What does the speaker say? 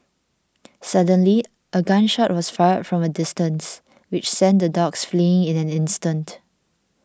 suddenly a gun shot was fired from a distance which sent the dogs fleeing in an instant